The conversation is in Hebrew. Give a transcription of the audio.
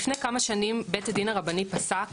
לפני כמה שנים בית הדין הרבני פסק,